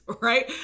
right